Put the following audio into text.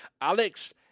Alex